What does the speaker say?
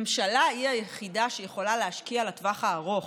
ממשלה היא היחידה שיכולה להשקיע לטווח הארוך.